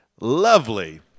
lovely